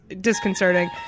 disconcerting